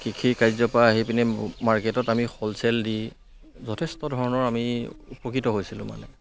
কৃষিৰ কাৰ্যৰপৰা আহি পিনি মাৰ্কেটত আমি হ'লচেল দি যথেষ্ট ধৰণৰ আমি উপকৃত হৈছিলোঁ মানে